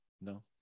No